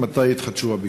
3. מתי יתחדשו הביקורים?